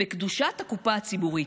ובקדושת הקופה הציבורית,